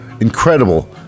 incredible